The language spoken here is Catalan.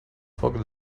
foc